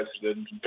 president